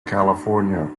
california